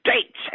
states